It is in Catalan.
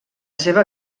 seva